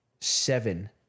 Seven